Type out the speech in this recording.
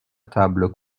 table